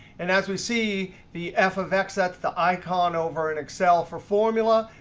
and as we see, the f of x, that's the icon over in excel for formula,